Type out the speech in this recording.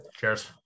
cheers